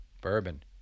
Bourbon